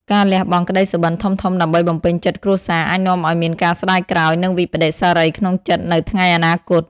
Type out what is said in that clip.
ការលះបង់ក្តីសុបិនធំៗដើម្បីបំពេញចិត្តគ្រួសារ អាចនាំឱ្យមានការស្តាយក្រោយ និងវិប្បដិសារីក្នុងចិត្តនៅថ្ងៃអនាគត។